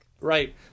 right